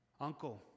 Uncle